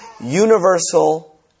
universal